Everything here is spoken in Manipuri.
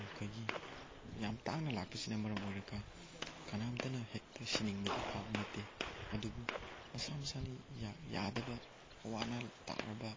ꯑꯩꯈꯣꯏꯒꯤ ꯌꯥꯝ ꯇꯥꯡꯅ ꯂꯥꯛꯄꯁꯤꯅ ꯃꯔꯝ ꯑꯣꯏꯔꯒ ꯀꯅꯥꯝꯇꯅ ꯍꯦꯛꯇ ꯁꯤꯅꯤꯡꯕꯗꯤ ꯐꯥꯎꯕ ꯅꯠꯇꯦ ꯑꯗꯨꯕꯨ ꯃꯁꯥ ꯃꯁꯥꯅ ꯌꯥꯗꯕ ꯑꯋꯥ ꯑꯅꯥ ꯇꯥꯔꯕ